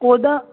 ਉਹਦਾ